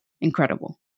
Incredible